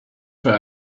far